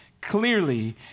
Clearly